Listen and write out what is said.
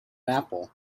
apple